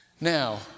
Now